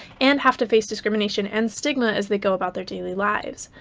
and have to face discrimination and stigma as they go about their daily lives.